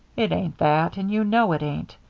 it ain't that, and you know it ain't.